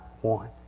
one